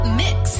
mix